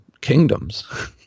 kingdoms